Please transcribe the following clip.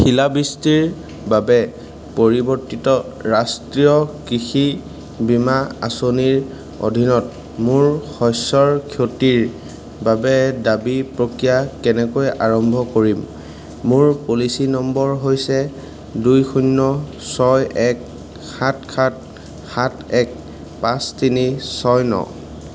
শিলাবৃষ্টিৰ বাবে পৰিৱৰ্তিত ৰাষ্ট্ৰীয় কৃষি বীমা আঁচনিৰ অধীনত মোৰ শস্যৰ ক্ষতিৰ বাবে দাবী প্ৰক্ৰিয়া কেনেকৈ আৰম্ভ কৰিম মোৰ পলিচী নম্বৰ হৈছে দুই শূন্য ছয় এক সাত সাত সাত এক পাঁচ তিনি ছয় ন